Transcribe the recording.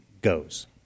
goes